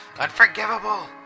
Unforgivable